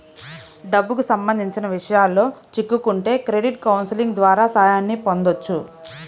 డబ్బుకి సంబంధించిన విషయాల్లో చిక్కుకుంటే క్రెడిట్ కౌన్సిలింగ్ ద్వారా సాయాన్ని పొందొచ్చు